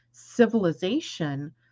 civilization